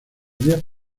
días